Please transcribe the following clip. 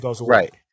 Right